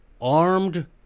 armed